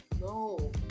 No